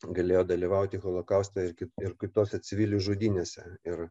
galėjo dalyvauti holokauste ir kit ir kitose civilių žudynėse ir